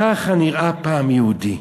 ככה נראה פעם יהודי".